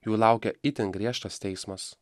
jų laukia itin griežtas teismas